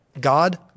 God